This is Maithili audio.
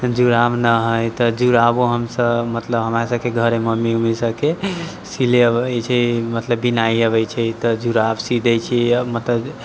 जुड़ाव ना हय तऽ जुड़ावो हमसब मतलब हमरा सबके घरे मम्मी उम्मी सबके सिलेबै छै मतलब बिनाइ अबै छै तऽ जुड़ाव सी दै छै मतलब